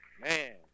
Man